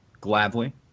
gladly